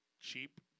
cheap